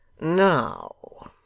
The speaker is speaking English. Now